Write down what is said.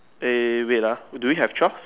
eh wait ah do we have twelve